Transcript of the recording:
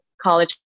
college